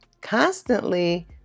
constantly